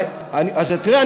אז תראה,